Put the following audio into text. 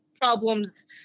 problems